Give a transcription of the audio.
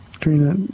Trina